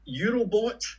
eurobot